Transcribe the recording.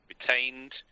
retained